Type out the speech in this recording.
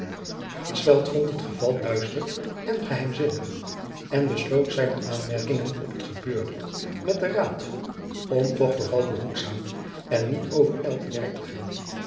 vond het geval duister en geheimzinnig en besloot zijne aanmerkingen op het gebeurde met den raad om toch vooral behoedzaam en niet overijld te werk te gaan